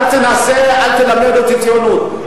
אל תנסה, אל תלמד אותי ציונות.